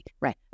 Right